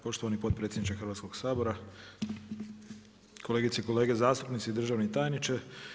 Poštovani potpredsjedniče Hrvatskog sabora, kolegice i kolege zastupnici, državni tajniče.